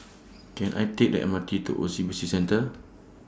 Can I Take The M R T to O C B C Centre